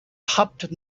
hopped